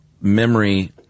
memory